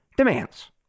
demands